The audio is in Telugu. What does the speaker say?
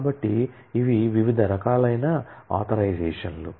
కాబట్టి ఇవి వివిధ రకాలైన ఆథరైజషన్లు